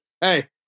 Hey